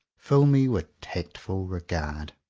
fill me with tactful regard.